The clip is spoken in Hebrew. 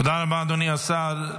תודה רבה, אדוני השר.